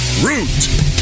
Root